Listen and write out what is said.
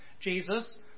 Jesus